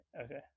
okay